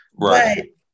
right